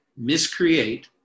miscreate